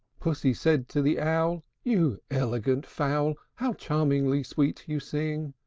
pussy said to the owl, you elegant fowl, how charmingly sweet you sing!